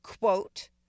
quote